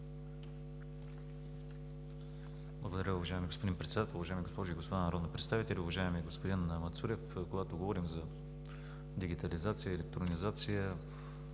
Благодаря, уважаеми господин Председател. Уважаеми госпожи и господа народни представители, уважаеми господин Мацурев! Когато говорим за дигитализация и електронизация,